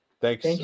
Thanks